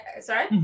Sorry